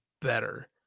better